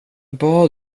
bad